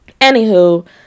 anywho